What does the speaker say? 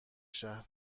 شهر